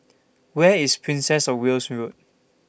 Where IS Princess of Wales Road